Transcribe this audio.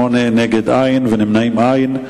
8, נגד, אין, ונמנעים, אין.